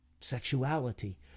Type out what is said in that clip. sexuality